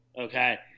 okay